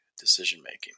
decision-making